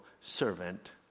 servant